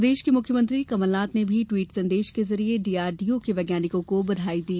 प्रदेश के मुख्यमंत्री कमलनाथ ने भी ट्वीट संदेश के जरिए डीआरडीओं के वैज्ञानिकों को बधाई दी